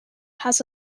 has